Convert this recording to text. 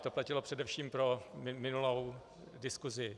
To platilo především pro minulou diskusi.